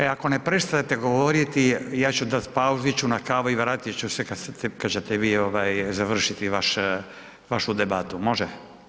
E, ako ne prestajete govoriti, ja ću dati pauzu, ići ću na kavu i vratit ću se kad ćete vi završiti vašu debatu, može?